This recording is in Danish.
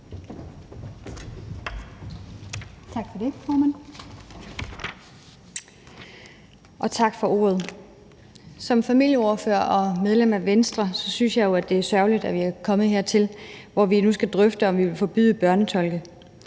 Tak for det, formand. Og tak for ordet. Som familieordfører og medlem af Venstre synes jeg jo, det er sørgeligt, at vi er kommet hertil, hvor vi nu skal drøfte, om vi vil forbyde børnetolke.